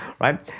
right